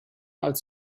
als